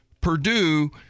purdue